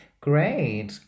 Great